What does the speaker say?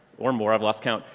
or more i've lost count,